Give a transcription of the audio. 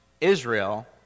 Israel